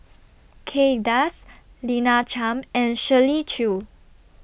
Kay Das Lina Chiam and Shirley Chew